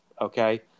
okay